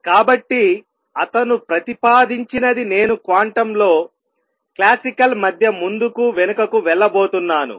కాబట్టి అతను ప్రతిపాదించినది నేను క్వాంటంలో క్లాసికల్ మధ్య ముందుకు వెనుకకు వెళ్ళబోతున్నాను